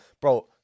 bro